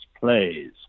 plays